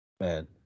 Man